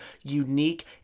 unique